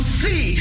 see